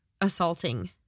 assaulting